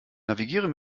navigiere